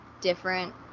different